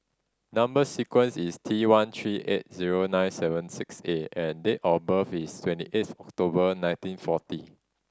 number sequence is T one three eight zero nine seven six A and date of birth is twenty eighth October nineteen forty